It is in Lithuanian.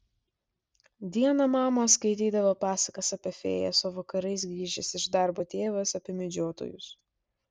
dieną mama skaitydavo pasakas apie fėjas o vakarais grįžęs iš darbo tėvas apie medžiotojus